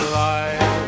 life